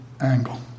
angle